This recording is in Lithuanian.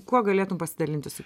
kuo galėtum pasidalinti su